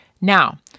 Now